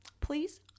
please